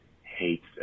hates